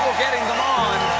getting them on.